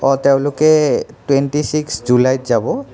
হয় তেওঁলোকে twenty six জুলাইত যাব